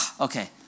Okay